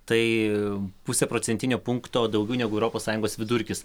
tai puse procentinio punkto daugiau negu europos sąjungos vidurkis